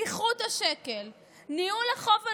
פיחות השקל, ניהול החוב הלאומי,